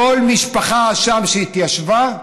כל משפחה שם שהתיישבה,